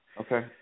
Okay